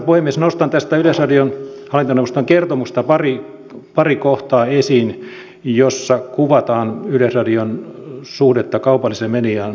nostan tästä yleisradion hallintoneuvoston kertomuksesta pari kohtaa esiin joissa kuvataan yleisradion suhdetta kaupalliseen mediaan kiinnostavalla tavalla